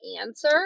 answer